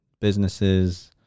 businesses